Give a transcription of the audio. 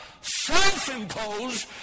self-imposed